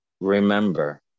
remember